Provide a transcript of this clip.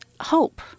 hope